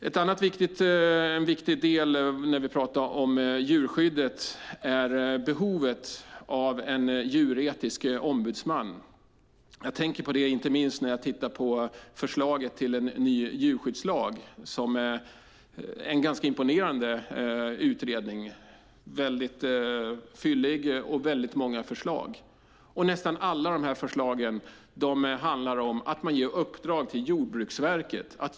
En annan viktig del när vi pratar om djurskyddet är behovet av en djuretisk ombudsman. Jag tänker på det inte minst när jag tittar på förslaget till en ny djurskyddslag. Det är en ganska imponerande utredning. Den är väldigt fyllig, och det är många förslag. Nästan alla de här förslagen handlar om att man ger uppdrag till Jordbruksverket.